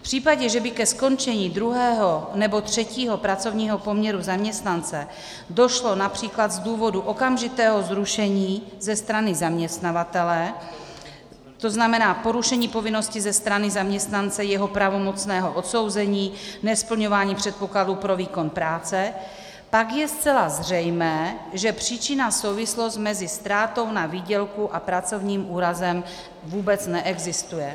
V případě, že by ke skončení druhého nebo třetího pracovního poměru zaměstnance došlo např. z důvodu okamžitého zrušení ze strany zaměstnavatele, to znamená porušení povinnosti ze strany zaměstnance, jeho pravomocného odsouzení, nesplňování předpokladů pro výkon práce, pak je zcela zřejmé, že příčinná souvislost mezi ztrátou na výdělku a pracovním úrazem vůbec neexistuje.